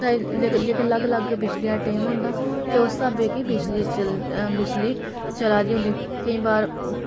जेह्का अलग अलग बिजली दा टैम होंदा ते उस स्हाबै दी बिजली चलै दी होंदी केईं बार